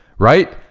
right?